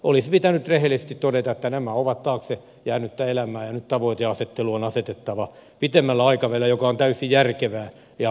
olisi pitänyt rehellisesti todeta että nämä ovat taakse jäänyttä elämää ja nyt tavoitteenasettelu on tehtävä pitemmällä aikavälillä mikä on täysin järkevää ja realistista